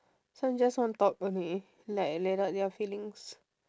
some just want talk only like let out their feelings